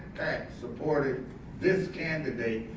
supported this candidate,